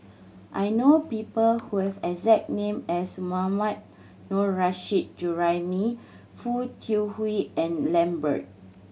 I know people who have exact name as Mohammad Nurrasyid Juraimi Foo Tui Liew and Lambert